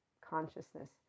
consciousness